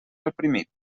reprimit